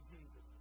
Jesus